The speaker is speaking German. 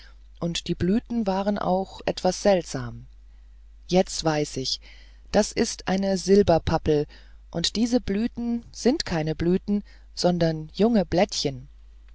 und die blüten waren auch etwas seltsam jetzt weiß ich das ist eine silberpappel und diese blüten sind keine blüten sondern junge blättchen